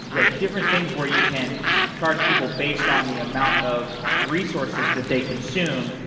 like different things where you can charge people based on the amount of resources that they consume,